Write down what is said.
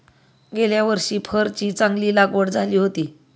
गेल्या वर्षी फरची चांगली लागवड झाली होती